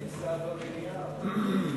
אין שר במליאה אבל.